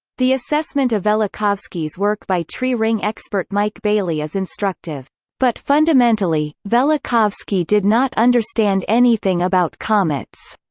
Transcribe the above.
the assessment of velikovsky's work by tree-ring expert mike baillie is instructive but fundamentally, velikovsky did not understand anything about comets,